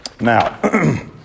Now